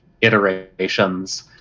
iterations